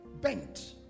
bent